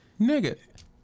Nigga